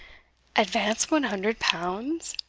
advance one hundred pounds!